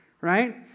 right